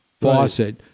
faucet